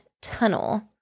tunnel